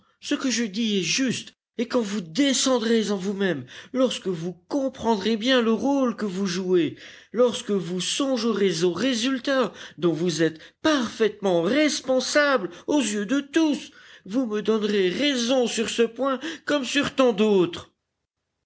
ce que je dis est juste et quand vous descendrez en vous-même lorsque vous comprendrez bien le rôle que vous jouez lorsque vous songerez aux résultats dont vous êtes parfaitement responsable aux yeux de tous vous me donnerez raison sur ce point comme sur tant